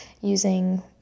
using